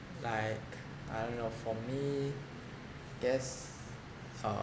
like I don't know for me I guess uh